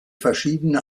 verschiedene